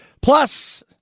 Plus